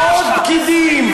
עוד פקידים,